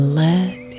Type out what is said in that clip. let